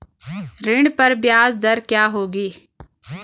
ऋण पर ब्याज दर क्या होगी?